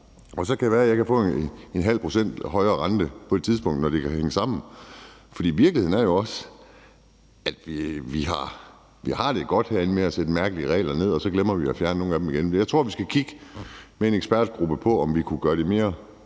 og så kan det være, at jeg kan få 0,5 pct. højere rente på et tidspunkt, når det kan hænge sammen. Virkeligheden er jo også, at vi herinde har det godt med at indføre mærkelige regler, og så glemmer vi at fjerne nogle af dem igen, men jeg tror, at vi med en ekspertgruppe skal kigge på, om vi kunne gøre det mere